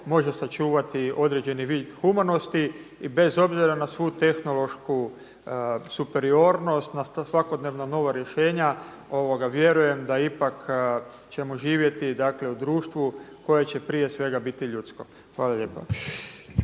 može sačuvati određeni vid humanosti bez obzira na svu tehnološku superiornost, na sakodnevna nova rješenja, vjerujem da ipak ćemo živjeti u društvu koje će prije svega biti ljudsko. Hvala lijepa.